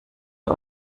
ihr